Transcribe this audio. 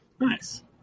Nice